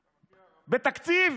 בתקציב?